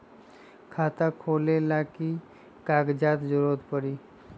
खाता खोले ला कि कि कागजात के जरूरत परी?